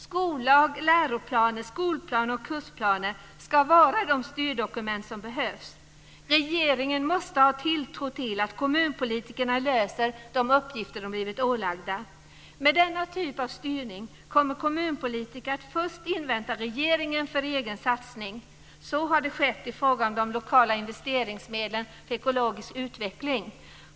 Skollag, läroplaner, skolplaner och kursplaner ska vara de styrdokument som behövs. Regeringen måste ha tilltro till att kommunpolitikerna löser de uppgifter de blivit ålagda. Med denna typ av styrning kommer kommunpolitiker att först invänta regeringen före egen satsning. Så har skett ifråga om de lokala investeringsmedlen för ekologisk utveckling.